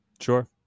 Sure